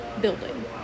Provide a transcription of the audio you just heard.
building